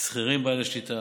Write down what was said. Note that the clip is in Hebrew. שכירים בעלי שליטה,